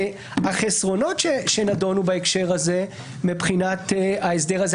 החסרונות שנדונו בהקשר הזה מבחינת ההסדר הזה,